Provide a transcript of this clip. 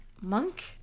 Monk